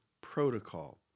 protocol